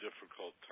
difficult